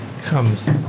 comes